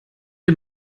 dem